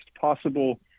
possible